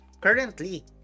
Currently